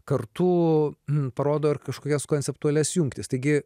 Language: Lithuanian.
kartu parodo ir kažkokias konceptualias jungtis taigi